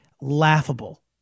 laughable